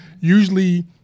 usually –